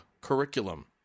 curriculum